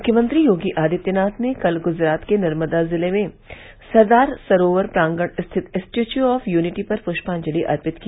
मुख्यमंत्री योगी आदित्यनाथ ने कल गुजरात के नर्मदा जिले में सरदार सरोवर प्रांगण स्थित स्टैच्यू ऑफ यूनिटी पर पुष्याजंलि अर्पित की